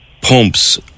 pumps